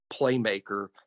playmaker